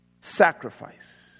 Sacrifice